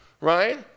right